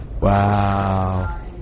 wow